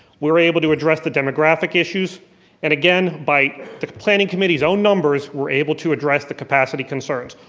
we're able to address the demographic issues and again by the planning committee's own numbers, we're able to address the capacity concerns,